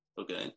Okay